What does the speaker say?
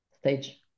stage